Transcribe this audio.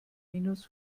minus